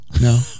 No